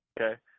okay